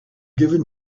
given